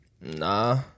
Nah